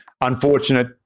Unfortunate